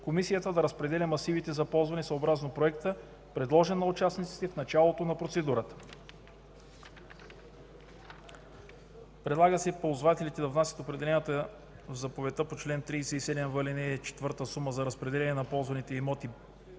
комисията да разпределя масивите за ползване съобразно проекта, предложен на участниците в началото на процедурата. Предлага се ползвателите да изплащат определената в заповедта по чл. 37в, ал. 4 сума за разпределение на ползваните имоти